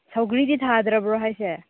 ꯁꯧꯒ꯭ꯔꯤꯗꯤ ꯊꯥꯗ꯭ꯔꯕꯣ ꯍꯥꯏꯁꯦ